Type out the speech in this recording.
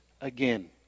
again